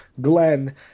Glenn